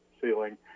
ceiling